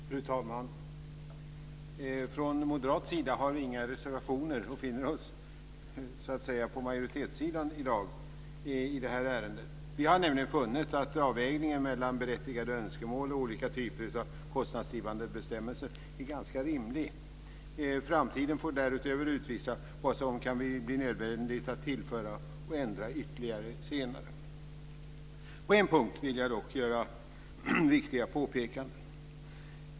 Fru talman! Från moderat sida har vi inte några reservationer. Vi befinner oss så att säga på majoritetssidan i dag i det här ärendet. Vi har nämligen funnit att avvägningen mellan berättigade önskemål och olika typer av kostnadsdrivande bestämmelser är ganska rimlig. Framtiden får därutöver utvisa vad som kan bli nödvändigt att tillföra och ändra ytterligare. På en punkt vill jag dock göra viktiga påpekanden.